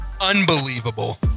unbelievable